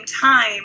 time